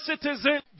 citizen